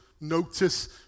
notice